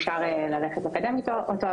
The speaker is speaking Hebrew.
אפשר ללכת לקדם אותו,